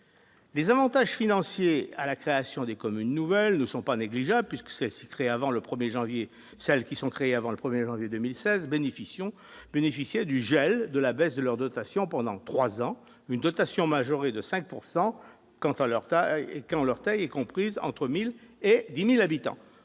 Les avantages financiers liés à la création des communes nouvelles ne sont pas négligeables, puisque celles créées avant le 1 janvier 2016 bénéficiaient du gel de la baisse de leurs dotations pendant trois ans et d'une majoration de 5 % quand leur taille était comprise entre 1 000 et 10 000 habitants.